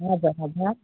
हजुर हजुर